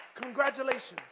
Congratulations